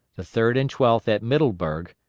the third and twelfth at middleburg,